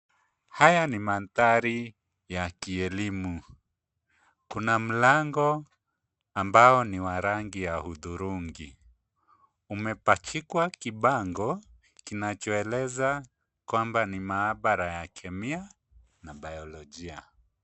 Haya ni mandhari ya kielimu. Kuna mlango ambao ni wa rangi ya hudhurungi, umepachikwa kibango kinachoeleza kwamba ni maabara ya kemia na bayolojia.